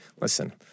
listen